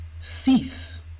Cease